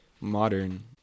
modern